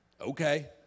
Okay